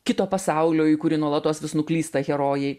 kito pasaulio į kurį nuolatos vis nuklysta herojai